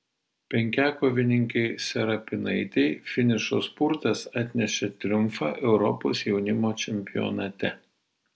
penkiakovininkei serapinaitei finišo spurtas atnešė triumfą europos jaunimo čempionate